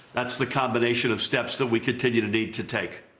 that's the combination of steps that we continue to need to take.